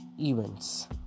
events